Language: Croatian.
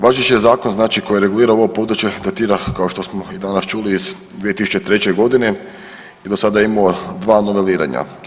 Važeći je zakon znači koji regulira ovo područje datira kao što smo i danas čuli iz 2003. godine i do sada je imao dva noveliranja.